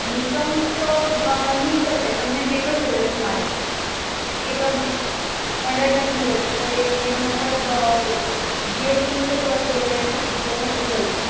discount તો ની થશે પણ તમને કેટલો જોઈએ છે માલ એ પ્રમાણે પંદર ટન જોઈએ છે તો એના ઉપરનો જીએસટી મુજબ જોઈ લઈશું જો થતું હોય તો